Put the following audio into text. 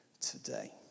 today